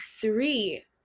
three